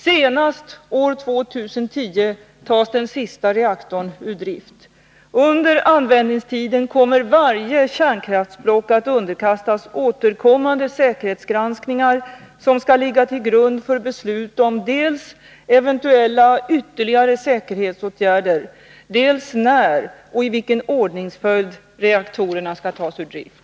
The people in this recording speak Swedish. Senast år 2010 tas den sista reaktorn ur drift. Under användningstiden kommer varje kärnkraftsblock att underkastas återkommande säkerhetsgranskningar som skall ligga till grund för beslut om dels eventuella ytterligare säkerhetsåtgärder, dels när och i vilken ordningsföljd reaktorerna skall tas ur drift.